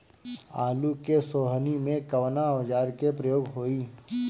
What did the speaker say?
आलू के सोहनी में कवना औजार के प्रयोग होई?